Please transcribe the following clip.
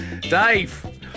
Dave